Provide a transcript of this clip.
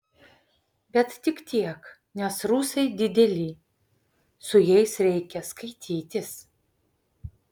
bet tik tiek nes rusai dideli su jais reikia skaitytis